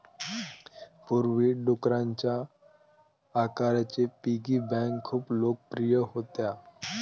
पूर्वी, डुकराच्या आकाराच्या पिगी बँका खूप लोकप्रिय होत्या